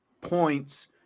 points